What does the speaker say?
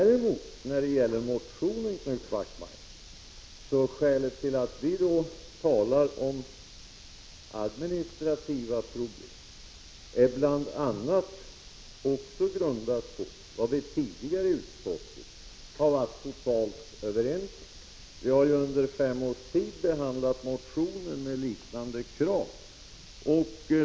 Att vi talar om administrativa problem i anslutning till motionen, Knut Wachtmeister, beror bl.a. på vad vi tidigare har varit totalt överens om i utskottet. Vi har ju under fem års tid behandlat motioner med liknande krav.